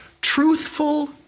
truthful